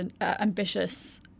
ambitious